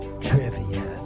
Trivia